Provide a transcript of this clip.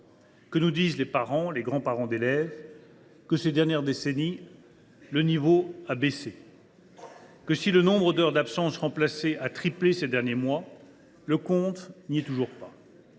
Ah bon ?« Les parents et les grands parents d’élèves nous disent que, ces dernières décennies, le niveau a baissé et que, si le nombre d’heures d’absence remplacées a triplé ces derniers mois, le compte n’y est toujours pas.